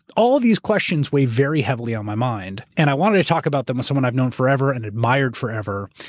all of these questions weigh very heavily on my mind, and i wanted to talk about them with someone i've known forever and admired forever.